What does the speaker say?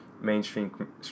mainstream